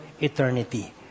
eternity